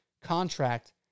contract